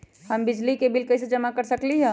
हम बिजली के बिल कईसे जमा कर सकली ह?